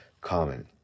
common